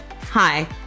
Hi